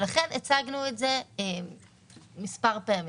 לכן הצגנו את זה מספר פעמים.